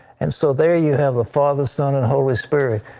and so there you have a father, so on and holy spirit.